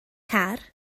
car